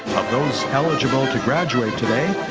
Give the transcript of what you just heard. of those eligible to graduate today,